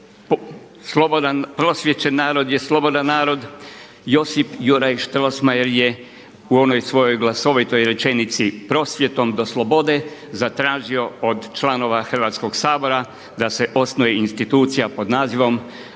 je jedino prosvijećen narod slobodan narod, Josip Juraj Strossmayer je u onoj svojoj glasovitoj rečenici – Prosvjetom do slobode! – zatražio od članova Hrvatskog sabora da se osnuje institucija pod nazivom